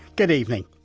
good evening.